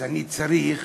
אז אני צריך